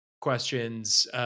questions